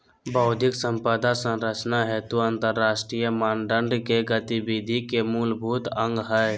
बौद्धिक संपदा संरक्षण हेतु अंतरराष्ट्रीय मानदंड के गतिविधि के मूलभूत अंग हइ